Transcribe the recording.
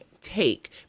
take